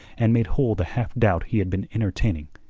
and made whole the half-doubt he had been entertaining.